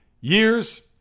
years